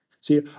See